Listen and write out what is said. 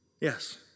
Yes